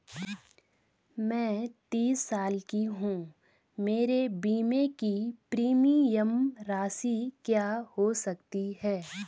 मैं तीस साल की हूँ मेरे बीमे की प्रीमियम राशि क्या हो सकती है?